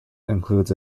includes